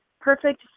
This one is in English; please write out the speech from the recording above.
perfect